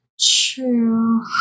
True